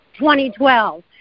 2012